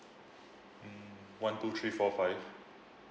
mm one two three four five